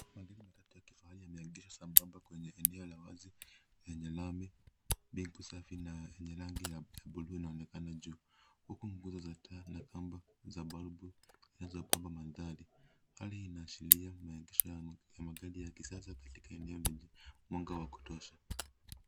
Magari matatu ya kifahari yameegeshwa sambamba kwenye eneo la wazi yenye lami. Mbingu safi na yenye rangi ya blue inaoenakana juu, huku nguzo za taa na kamba za balbu zinazopamba mandhari. Hali inahashiria maegesho ya magari ya kisasa, katika eneo lenye mwanga wa kutosha.